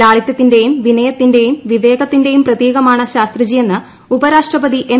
ലാളിതൃത്തിന്റെയും വിനയത്തി ന്റെയും വിവേകത്തിന്റെയും പ്രതീകമാണ് ശാസ്ത്രിജി യെന്ന് ഉപരാഷ്ട്രപതി എം